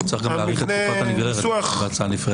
אז צריך גם להאריך את תקופת הנגררת בהצעה נפרדת.